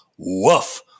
woof